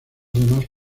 temas